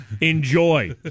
Enjoy